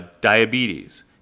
diabetes